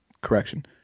correction